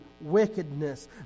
wickedness